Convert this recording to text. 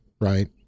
right